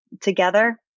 Together